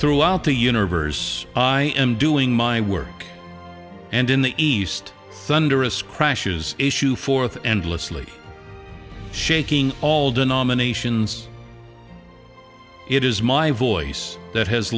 throughout the universe i am doing my work and in the east thunderous crashes issue forth endlessly shaking all denominations it is my voice that has